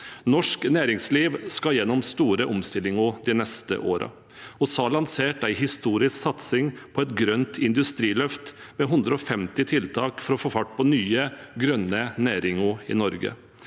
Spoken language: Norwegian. Norsk næringsliv skal gjennom store omstillinger de neste årene. Vi har lansert en historisk satsing på et grønt industriløft, med 150 tiltak for å få fart på nye, grønne næringer i Norge.